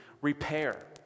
repair